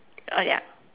uh ya